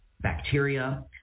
bacteria